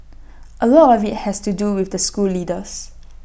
A lot of IT has to do with the school leaders